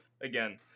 again